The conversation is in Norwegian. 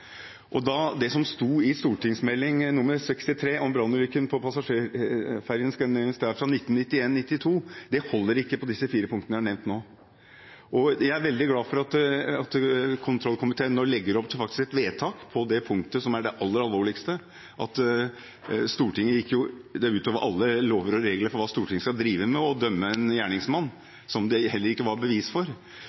som sto i St.meld. nr. 63 for 1991–1992, Om brannulykken på passasjerferjen Scandinavian Star, holder ikke på disse fire punktene jeg har nevnt nå. Jeg er veldig glad for at kontroll- og konstitusjonskomiteen nå legger opp til et vedtak på det punktet som er det aller alvorligste, at Stortinget gikk ut over alle lover og regler for hva Stortinget skal drive med, og dømte en gjerningsmann, noe det heller ikke var bevis for.